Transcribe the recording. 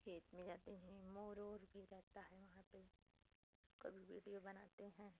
खेत में जाते हैं मोर ओर भी रहता है वहाँ पर उसका भी वीडियो बनाते हैं